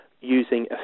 using